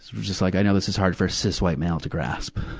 was just like, i know this is hard for a cis white male to grasp.